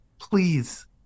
Please